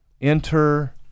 Enter